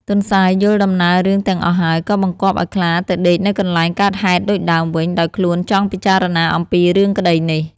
ទន្សាយយល់ដំណើររឿងទាំងអស់ហើយ ក៏បង្គាប់ឱ្យខ្លាទៅដេកនៅកន្លែងកើតហេតុដូចដើមវិញ ដោយខ្លួនចង់ពិចារណាអំពីរឿងក្តីនេះ។